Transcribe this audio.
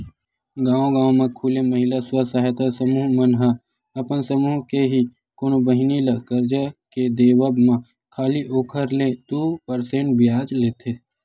गांव गांव म खूले महिला स्व सहायता समूह मन ह अपन समूह के ही कोनो बहिनी ल करजा के देवब म खाली ओखर ले दू परसेंट बियाज लेथे